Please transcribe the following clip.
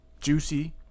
Juicy